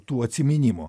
tų atsiminimų